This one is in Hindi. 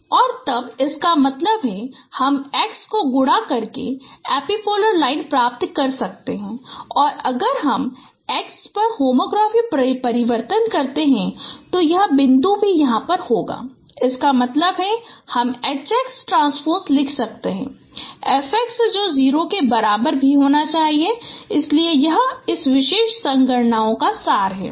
और तब इसका मतलब है हम x को गुणा करके एपिपोलर लाइन प्राप्त कर सकते हैं और अगर हम x पर होमोग्राफी परिवर्तन करते हैं तो यह बिंदु भी यहाँ पर होगा इसका मतलब है हम H x ट्रांन्स्पोज लिख सकते हैं F x जो 0 के बराबर भी होना चाहिए इसलिए यह इस विशेष संगणना का सार है